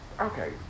Okay